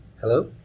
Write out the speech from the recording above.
Hello